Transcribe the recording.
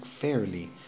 fairly